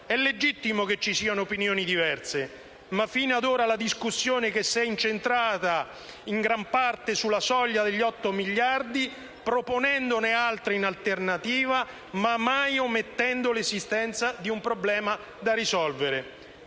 È legittimo che vi siano opinioni diverse, ma fino ad ora la discussione si è incentrata in gran parte sulla soglia degli 8 miliardi, proponendone altri in alternativa, ma mai omettendo l'esistenza di un problema da risolvere.